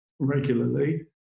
regularly